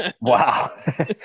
Wow